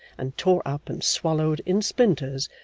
and tore up and swallowed, in splinters,